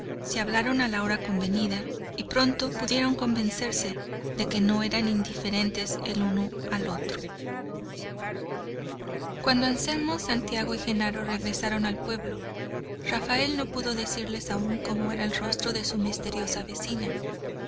se hablaron a la hora convenida y pronto pudieron convencerse de que no eran indiferentes el uno al otro cuando anselmo santiago y genaro regresaron al pueblo rafael no pudo decirles aún cómo era el rostro de su misteriosa vecina